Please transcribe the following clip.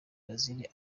brazil